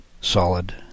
solid